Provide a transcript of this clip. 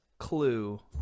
clue